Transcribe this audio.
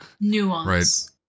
Nuance